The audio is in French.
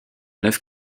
neuf